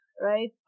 right